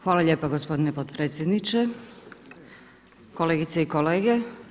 Hvala lijepa gospodine potpredsjedniče, kolegice i kolege.